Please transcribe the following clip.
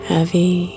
Heavy